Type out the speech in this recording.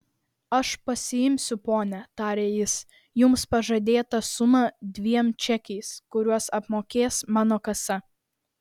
aš pasiimsiu ponia tarė jis jums pažadėtą sumą dviem čekiais kuriuos apmokės mano kasa